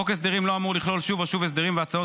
חוק הסדרים לא אמור לכלול שוב ושוב הסדרים והצעות